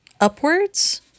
upwards